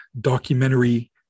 documentary